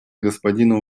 господину